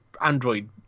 android